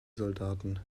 soldaten